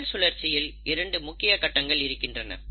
செல் சுழற்சியில் இரண்டு முக்கிய கட்டங்கள் இருக்கின்றன